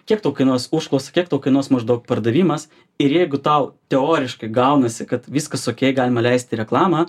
kiek tau kainuos užklausa kiek tau kainuos maždaug pardavimas ir jeigu tau teoriškai gaunasi kad viskas okei galima leisti reklamą